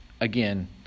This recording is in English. Again